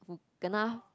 who kena